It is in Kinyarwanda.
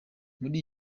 muri